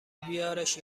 بیارش